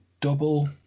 double